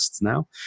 now